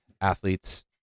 athletes